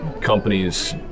companies